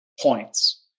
points